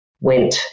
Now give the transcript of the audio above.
went